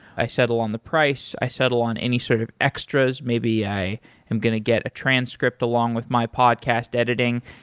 i set along the price, i set along any sort of extras. maybe i am going to get a transcript along with my podcast editing,